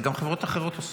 את זה גם חברות אחרות עושות.